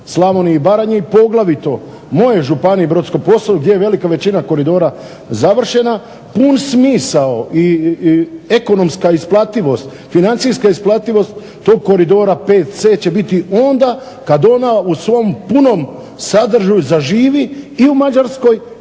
Slavoniji i Baranji poglavito mojoj županiji Brodsko-posavskoj gdje je velika većina koridora završena. Pun smisao i ekonomska i financijska isplativost tog koridora 5C će biti onda kada ona u punom sadržaju zaživi i u Mađarskoj